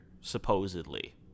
supposedly